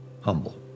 humble